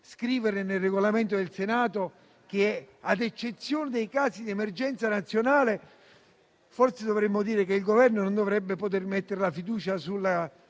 scrivere nel Regolamento del Senato che, ad eccezione dei casi di emergenza nazionale, il Governo non dovrebbe poter mettere la fiducia sui